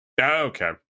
Okay